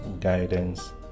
guidance